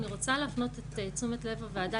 אני רוצה להפנות את תשומת לב הוועדה,